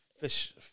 fish